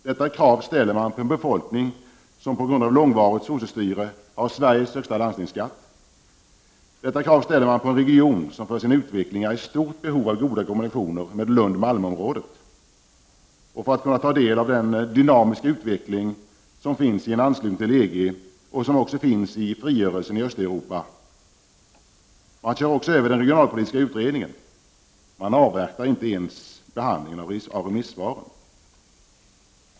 Detta krav ställer man på en befolkning som på grund av långvarigt ”sossestyre” har Sveriges högsta landstingsskatt. Detta krav ställer man på en region, som för sin utveckling är i stort behov av goda kommunikationer med Lund Malmö-området för att kunna ta del av den dynamiska utveckling som finns i en anslutning till EG och som också finns i frigörelsen i Östeuropa. Man kör också över den regionalpolitiska utredningen. Man avvaktar inte ens behandlingen av remissvaren.